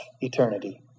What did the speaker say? eternity